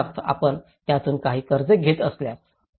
उदाहरणार्थ आपण त्यातून काही कर्ज घेत असल्यास